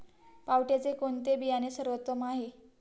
पावट्याचे कोणते बियाणे सर्वोत्तम आहे?